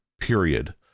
period